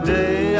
day